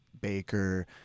Baker